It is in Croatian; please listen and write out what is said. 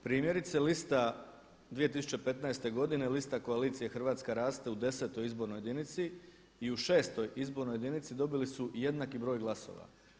Primjerice, lista 2015. godine, lista Koalicije Hrvatska raste u 10. izbornoj jedinici i u 6. izbornoj jedinici dobili su jednaki broj glasova.